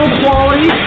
quality